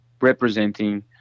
representing